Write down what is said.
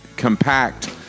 compact